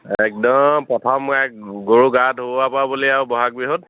একদম প্ৰথম মই এক গৰু গা ধুওৱা পৰা বুলি আৰু ব'হাগ বিহুত